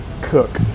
cook